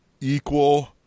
equal